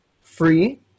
free